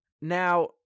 now